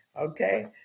Okay